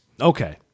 Okay